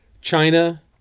China